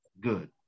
good